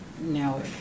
No